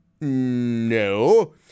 no